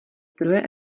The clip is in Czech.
zdroje